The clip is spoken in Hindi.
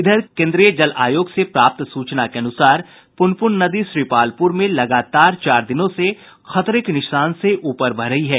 इधर केन्द्रीय जल आयोग से प्राप्त सूचना के अनुसार पुनपुन नदी श्रीपालपुर में लगातार चार दिनों से खतरे के निशान से ऊपर बह रही है